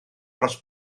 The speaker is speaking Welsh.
dros